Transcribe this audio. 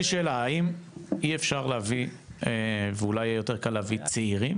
האם אי אפשר להביא ואולי יותר קל להביא צעירים?